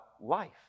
life